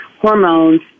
hormones